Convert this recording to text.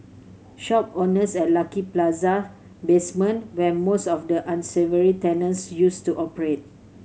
shop owners at Lucky Plaza basement where most of the unsavoury tenants used to operate